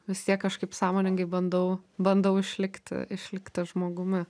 vis tiek kažkaip sąmoningai bandau bandau išlikti išlikti žmogumi